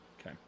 Okay